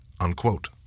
unquote